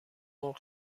مرغ